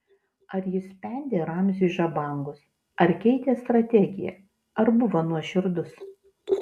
ar jis spendė ramziui žabangus ar keitė strategiją ar buvo nuoširdus